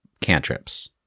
cantrips